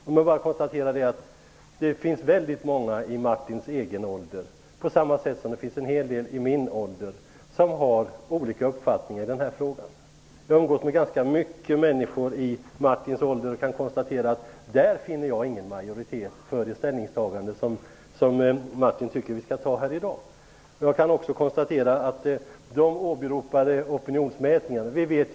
Det finns många i Martin Nilssons egen ålder som har olika uppfattningar i denna fråga, på samma sätt som det finns det i min ålder. Jag umgås med ganska många människor i Martin Nilssons ålder och kan konstatera att jag där inte finner någon majoritet för det ställningstagande som Martin Nilsson tycker att vi skall inta här i dag.